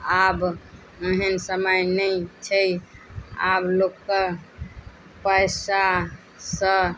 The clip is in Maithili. आब एहन समय नहि छै आब लोक कऽ पैसासँ